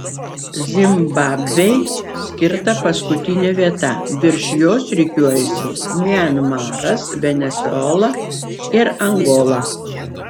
zimbabvei skirta paskutinė vieta virš jos rikiuojasi mianmaras venesuela ir angola